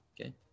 okay